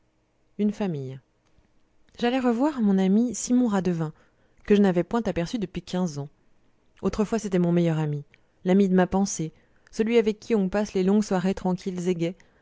une famille j'allais revoir mon ami simon radevin que je n'avais point aperçu depuis quinze ans autrefois c'était mon meilleur ami l'ami de ma pensée celui avec qui on passe les longues soirées tranquilles et gaies